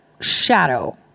shadow